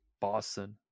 Boston